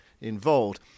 involved